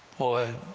boy,